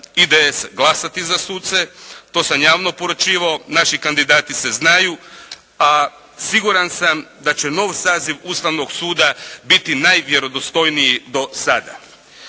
put IDS glasati za suce, to sam javno poručivao, naši kandidati se znaju. A siguran sam da će nov saziv Ustavnog suda biti najvjerodostojniji do sada.